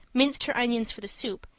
minced her onions for the soup,